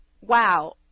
wow